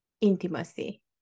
intimacy